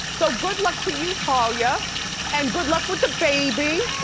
so, good luck to you talia and good luck with the baby.